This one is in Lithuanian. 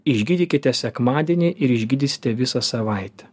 išgydykite sekmadienį ir išgydysite visą savaitę